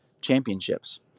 championships